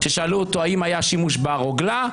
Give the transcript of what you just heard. כששאלו אותי אם היה שימוש ברוגלה,